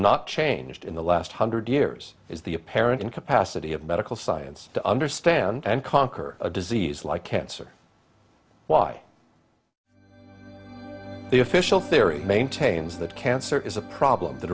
not changed in the last hundred years is the apparent incapacity of medical science to understand and conquer a disease like cancer why the official theory maintains that cancer is a problem that